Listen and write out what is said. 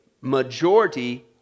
majority